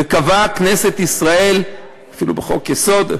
וקבעה כנסת ישראל, אפילו בחוק-יסוד,